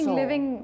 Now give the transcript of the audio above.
living